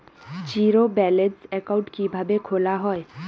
Zero balance account কিভাবে খোলা হয়?